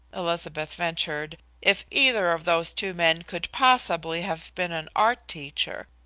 elizabeth ventured, if either of those two men could possibly have been an art teacher.